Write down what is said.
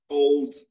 old